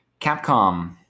Capcom